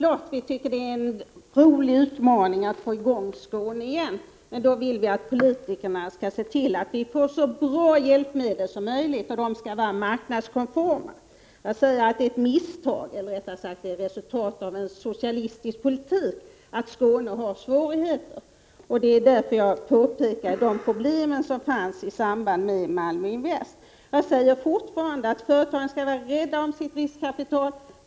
Fru talman! Det är klart, industriministern, att vi gläder oss åt utmaningen när det gäller att återigen få i gång Skåne. Men då vill vi att politikerna ser till att vi får så bra hjälpmedel som möjligt. Vidare skall hjälpmedlen vara marknadskonforma. Att Skåne har svårigheter är — det vill jag framhålla — resultatet av en socialistisk politik. Det är därför som jag ville peka på problemen i samband med Malmö Finans. Jag vidhåller att företagen skall vara rädda om sitt riskkapital.